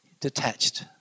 detached